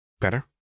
Better